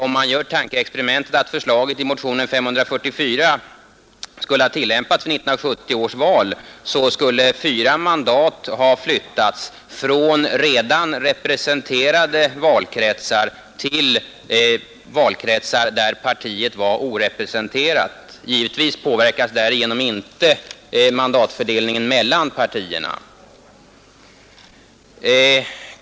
Om man gör tankeexperimentet att förslaget i motionen 544 skulle ha tillämpats vid 1970 års val, så skulle fyra mandat ha flyttats från redan representerade valkretsar till valkretsar där partiet var orepresenterat; givetvis påverkas därigenom inte mandatfördelningen mellan partierna.